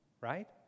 right